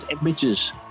images